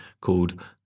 called